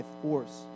force